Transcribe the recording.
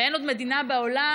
ואין עוד מדינה בעולם